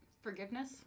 Forgiveness